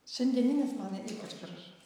šiandieninis man ypač gražu